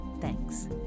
Thanks